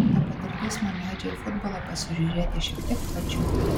ta patirtis man leidžia į futbolą pasižiūrėti šiek tiek plačiau